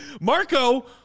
Marco